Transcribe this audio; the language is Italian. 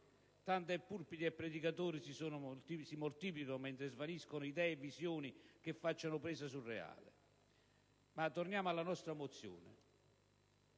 Tant'è, pulpiti e predicatori si moltiplicano, mentre svaniscono idee e visioni che facciano presa sul reale. Ma torniamo alla nostra mozione